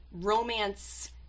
romance